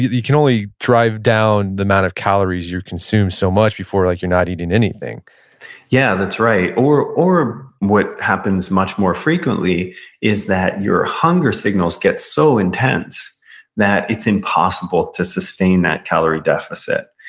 you can only drive down the amount of calories you consume so much before like you're not eating anything yeah, that's right. or or what happens much more frequently is that your hunger signals get so intense that it's impossible to sustain that calorie deficit.